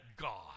God